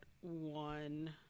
one